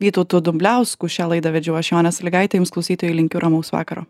vytautu dumbliausku šią laidą vedžiau aš jonė sąlygaitė klausytojui linkiu ramaus vakaro